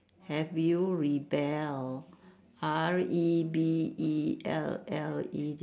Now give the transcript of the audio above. have you rebel R E B E L L E D